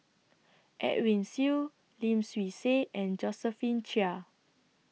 Edwin Siew Lim Swee Say and Josephine Chia